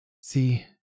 See